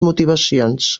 motivacions